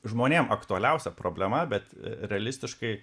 žmonėm aktualiausia problema bet e realistiškai